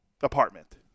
apartment